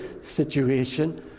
situation